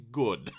good